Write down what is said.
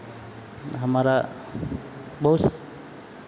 हमारा बहुत